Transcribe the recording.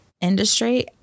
industry